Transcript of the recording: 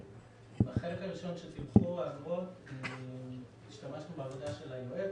בחלק הראשון של תמחור האגרות השתמשנו בעבודה של היועץ.